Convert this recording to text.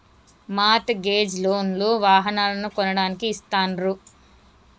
mart gauge loan లు వాహనాలను కొనడానికి ఇస్తాండ్రు